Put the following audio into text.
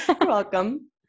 welcome